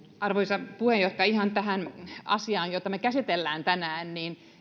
arvoisa puheenjohtaja ihan tähän asiaan jota me käsittelemme tänään